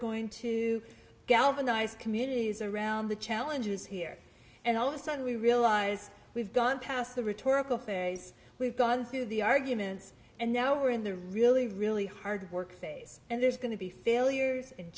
going to galvanize communities around the challenges here and also and we realize we've gone past the rhetorical thing as we've gone through the arguments and now we're in the really really hard work phase and there's going to be failures and